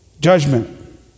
judgment